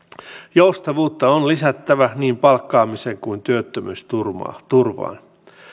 joustavuutta on lisättävä niin palkkaamiseen kuin työttömyysturvaan